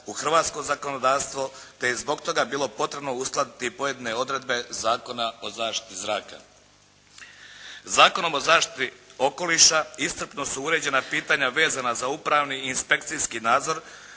u hrvatsko zakonodavstvo, te je zbog toga bilo potrebno uskladiti pojedine odredbe Zakona o zaštiti zraka. Zakonom o zaštiti okoliša iscrpno su uređena pitanja vezana za upravni i inspekcijski nadzor